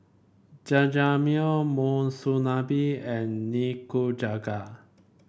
Jajangmyeon Monsunabe and Nikujaga